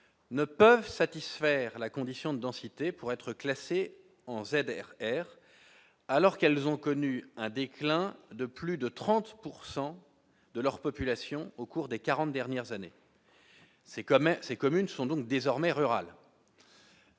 Ne peuvent satisfaire la condition d'citer pour être classé en ZR alors qu'elles ont connu un déclin de plus de 30 pourcent de leur population au cours des 40 dernières années, c'est quand même ces communes sont donc désormais rural